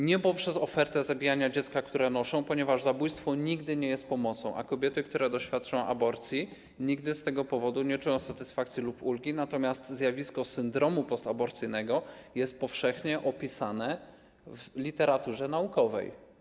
Nie poprzez ofertę zabijania dziecka, które noszą, ponieważ zabójstwo nigdy nie jest pomocą, a kobiety, które doświadczą aborcji, nigdy z tego powodu nie czują satysfakcji lub ulgi, natomiast zjawisko syndromu postaborcyjnego jest powszechnie opisane w literaturze naukowej.